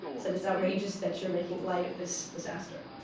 said, it's outrageous that you're making light of this disaster.